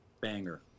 banger